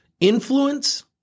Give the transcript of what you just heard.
influence